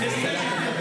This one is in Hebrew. הישג אדיר.